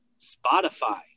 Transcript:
Spotify